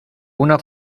una